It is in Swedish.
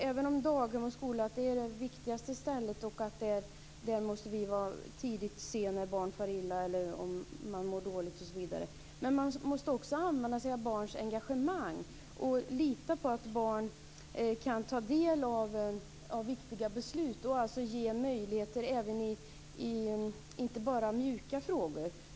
Även om daghem och skola är de viktigaste ställena när det gäller att tidigt se om barn far illa, mår dåligt osv., måste man också använda sig av barns engagemang och lita på att barn kan ta del av viktiga beslut och ge dem möjligheter inte bara i mjuka frågor.